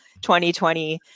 2020